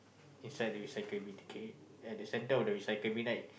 inside the recycle bin okay at the center of the recycle bin right